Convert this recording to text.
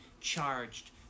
charged